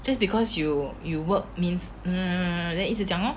just because you you work means then ugh ugh ugh 一直讲 loh